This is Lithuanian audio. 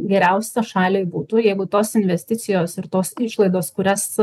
geriausia šaliai būtų jeigu tos investicijos ir tos išlaidos kurias